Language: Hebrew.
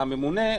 הממונה,